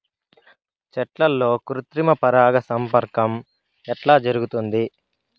చెట్లల్లో కృత్రిమ పరాగ సంపర్కం ఎట్లా జరుగుతుంది?